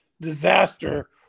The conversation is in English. disaster